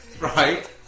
right